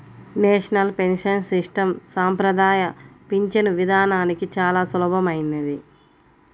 national pension system సంప్రదాయ పింఛను విధానానికి చాలా భిన్నమైనది